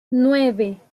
nueve